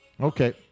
Okay